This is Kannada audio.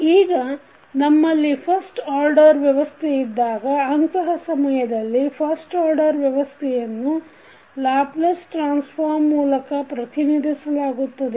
ಈಗ ನಮ್ಮಲ್ಲಿ ಫಸ್ಟ್ ಆರ್ಡರ್ ವ್ಯವಸ್ಥೆ ಇದ್ದಾಗ ಅಂತಹ ಸಮಯದಲ್ಲಿ ಫಸ್ಟ್ ಆರ್ಡರ್ ವ್ಯವಸ್ಥೆಯನ್ನು ಲ್ಯಾಪ್ಲಸ್ ಟ್ರಾನ್ಸ್ ಫಾರ್ಮ್ ಮೂಲಕ ಪ್ರತಿನಿಧಿಸಲಾಗುತ್ತದೆ